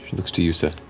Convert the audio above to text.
looks to yussa,